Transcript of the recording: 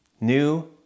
new